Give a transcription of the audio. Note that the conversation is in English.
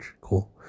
Cool